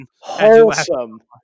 Wholesome